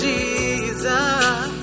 Jesus